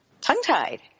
tongue-tied